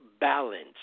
balance